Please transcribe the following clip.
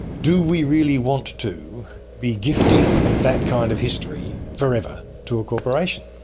do we really want to be gifting that kind of history forever to a corporation?